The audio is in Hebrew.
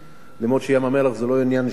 למרות שים-המלח זה לא עניין אישי שלי,